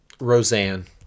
Roseanne